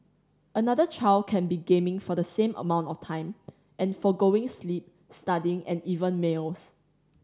another child can be gaming for the same amount of time and forgoing sleep studying and even meals